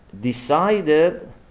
decided